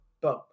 boom